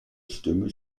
stimme